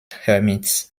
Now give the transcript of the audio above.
hermits